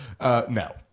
No